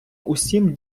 усім